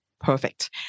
perfect